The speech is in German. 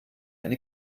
eine